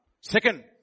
Second